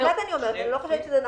באמת אני אומרת, אני לא חושבת שזה נכון.